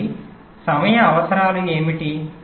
కాబట్టి సమయ అవసరాలు ఏమిటి